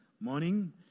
morning